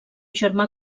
germà